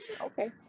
Okay